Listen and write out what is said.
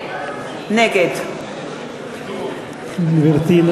נגד גברתי,